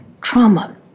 trauma